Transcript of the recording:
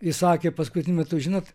jis sakė paskutiniu metu žinot